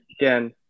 Again